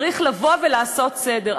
צריך לבוא ולעשות סדר.